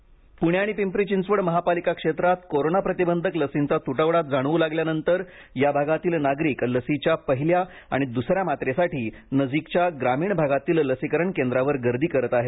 लस तटवडा पुणे आणि पिंपरी चिंचवड महापालिका क्षेत्रात कोरोना प्रतिबंधक लसींचा तुटवडा जाणवू लागल्यानंतर या भागातील नागरिक लसीच्या पहिल्या आणि दुसऱ्या मात्रेसाठी नजीकच्या ग्रामीण भागातील लसीकरण केंद्रावर गर्दी करत आहेत